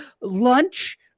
lunch